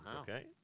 okay